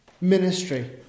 ministry